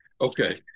Okay